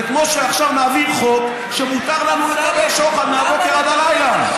זה כמו שעכשיו נביא חוק שמותר לנו לקבל שוחד מהבוקר עד הלילה.